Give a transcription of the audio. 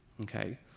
Okay